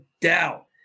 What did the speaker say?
doubt